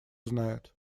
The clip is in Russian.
знает